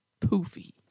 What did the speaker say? Poofy